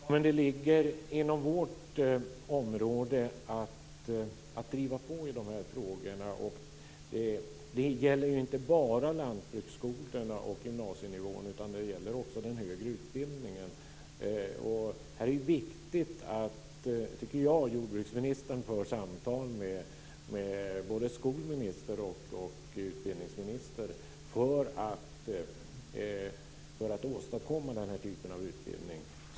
Fru talman! Det ligger inom vårt område att driva på i de här frågorna. Det här gäller inte bara lantbruksskolorna och gymnasienivån utan också den högre utbildningen. Jag tycker att det är viktigt att jordbruksministern för samtal med både skolminister och utbildningsminister för att åstadkomma den här typen av utbildning.